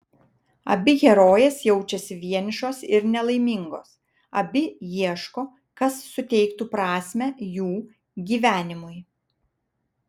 abi herojės jaučiasi vienišos ir nelaimingos abi ieško kas suteiktų prasmę jų gyvenimui